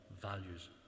values